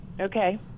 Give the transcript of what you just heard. Okay